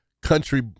country